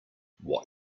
what